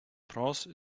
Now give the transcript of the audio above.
prince